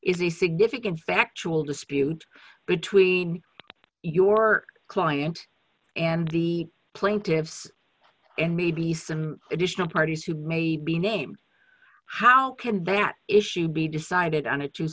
is the significant factual dispute between your client and the plaintiffs and maybe some additional parties who may be named how can bat issue be decided on a two